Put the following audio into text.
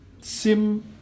Sim